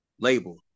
label